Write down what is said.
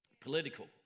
Political